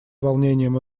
волнением